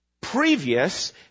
previous